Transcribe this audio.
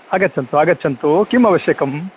आगच्छन्तु आगच्छन्तु किं आवश्यकं